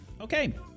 Okay